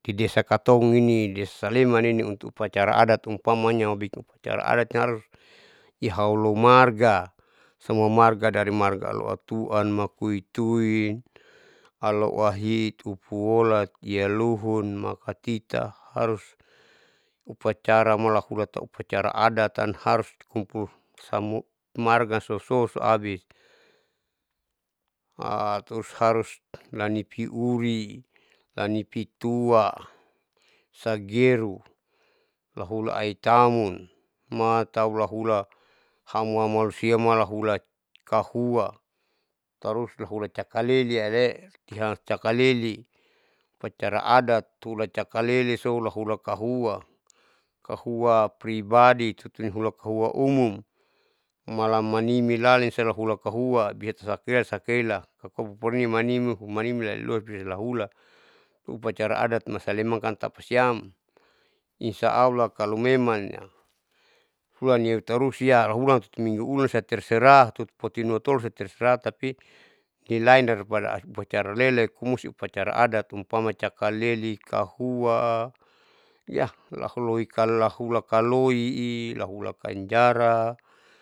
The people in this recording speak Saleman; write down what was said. di desa katong ini di desa saleman ini upacara adat umpanya mau bikin upacara adat harus iahulo marga samua marga dari marg aloatuan, makuituin, aloahiit, upuolat, ialuhun, makatita harus upacara malahula tahu upacara adatab harus kumpul samua marga souso abis. terus harus nipi uri, lanipitua, sageru, lahula aitamun matau hulahula haumalu malusia mala hula kahuwa terus lahula cakalele ale'e kiyahan cakalele upacara adat hula cakalele sou hula hula kahua kahua pribadi tutu hula kahuwa umum malamanimi lali sian lahula kahua ita sakela sakaela la kalo pupurina manimi lailoi pia lahula upacara adat masaleman kan tapasiam insya llah kalo memang hulani tarusi au hulan tutu minggu ulan la terserah tutu patinua tolo terserah tapi ilain dari pada upacara lele kumusi upacara adat umpama cakalele, kahua yahuloi kalahula kalui ii lahula kanjara.